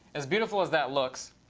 as beautiful as that looks